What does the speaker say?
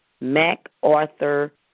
MacArthur